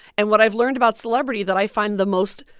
and what i've learned about celebrity that i find the most